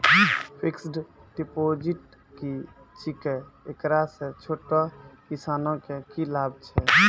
Fixed deposit की छिकै, एकरा से छोटो किसानों के की लाभ छै?